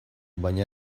baina